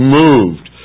moved